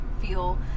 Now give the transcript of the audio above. feel